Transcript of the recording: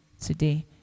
today